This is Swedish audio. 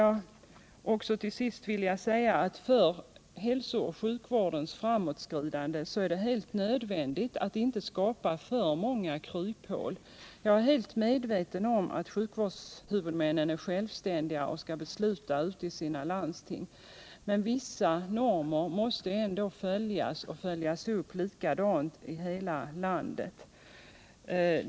Till sist vill jag säga, att för hälsooch sjukvårdens framåtskridande är det nödvändigt att inte skapa för många kryphål. Jag är helt medveten om att sjukvårdshuvudmännen är självständiga och skall besluta ute i sina landsting. Men vissa normer måste ändå följas och följas upp likadant i hela landet.